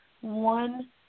one